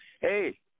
Hey